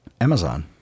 Amazon